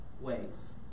ways